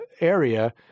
area